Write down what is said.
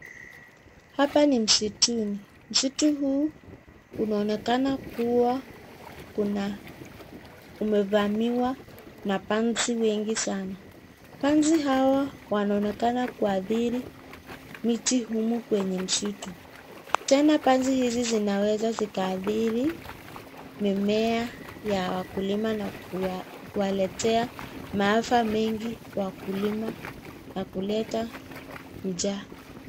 Hapa ni msituni. Msitu huu unaonekana kuwa kuna, umevamiwa na panzi wengi sana. Panzi hawa wanaonekana kuathiri miti humu kwenye msitu. Tena panzi hizi zinaweza zikaathiri mimea ya wakulima na kuwaletea maafa mengi wakulima na kuleta njaa.